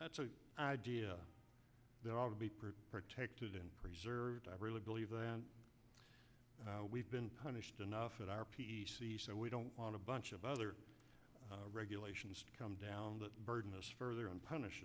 that's the idea that ought to be protected and preserved i really believe that we've been punished enough at our p c so we don't want a bunch of other regulations come down that burden us further and punish